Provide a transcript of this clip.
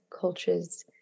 cultures